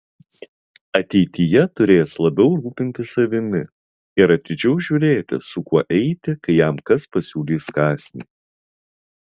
ateityje turės labiau rūpintis savimi ir atidžiau žiūrėti su kuo eiti kai jam kas pasiūlys kąsnį